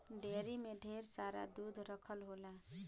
dairy में ढेर सारा दूध रखल होला